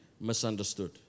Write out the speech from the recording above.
misunderstood